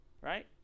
Right